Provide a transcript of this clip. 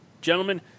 Gentlemen